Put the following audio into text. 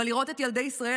אבל לראות את ילדי ישראל,